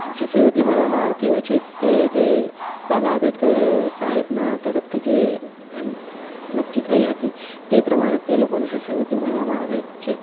સિસ શિષ્યવૃત્તિ મળવામાં આવતી હોય છે તે જે બાબા આંબેડકર સાહેબના તરફથી જે એમ નક્કી થઈ હતી તે પ્રમાણે તે લોકોને શિષ્યવૃત્તિમળવામાં આવે છે